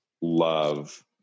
love